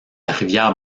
rivière